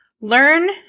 learn